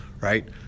right